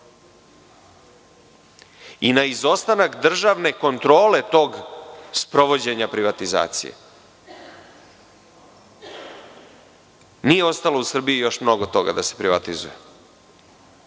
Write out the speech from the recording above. i na izostanak državne kontrole tog sprovođenja privatizacije. Nije ostalo u Srbiji mnogo toga da se privatizuje,